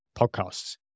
podcasts